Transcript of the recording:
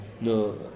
No